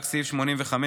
רק סעיף 85,